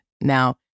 Now